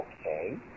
okay